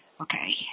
Okay